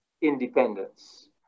independence